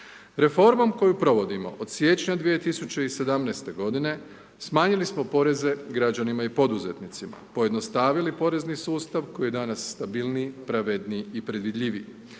Reformom koju provodimo od siječnja 2017.-te godine, smanjili smo poreze građanima i poduzetnicima, pojednostavili porezni sustav koji je danas stabilniji, pravedniji i predvidljiviji.